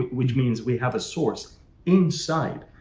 which means we have a source inside.